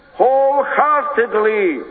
wholeheartedly